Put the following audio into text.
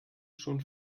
schon